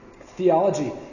Theology